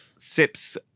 Sips